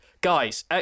guys